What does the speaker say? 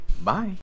Bye